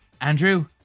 Andrew